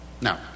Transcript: Now